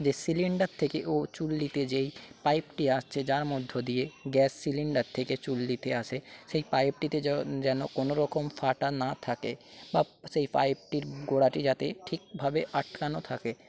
যে সিলিন্ডার থেকে ও চুল্লিতে যেই পাইপটি আসছে যার মধ্য দিয়ে গ্যাস সিলিন্ডার থেকে চুল্লিতে আসে সেই পাইপটিতে যেন কোনোরকম ফাটা না থাকে বা সেই পাইপটির গোড়াটি যাতে ঠিকভাবে আটকানো থাকে